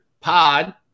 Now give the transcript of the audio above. pod